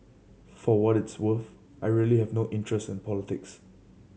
for what it is worth I really have no interest in politics